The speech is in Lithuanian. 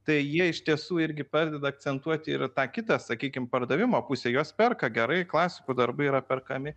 tai jie iš tiesų irgi padeda akcentuoti ir tą kitą sakykim pardavimo pusę juos perka gerai klasikų darbai yra perkami